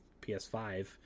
ps5